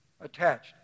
attached